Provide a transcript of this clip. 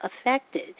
affected